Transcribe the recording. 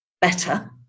better